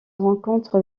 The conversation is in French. rencontre